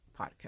podcast